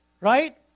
right